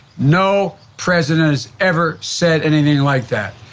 no president has ever said anything like that.